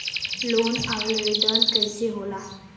Loan आवेदन कैसे होला?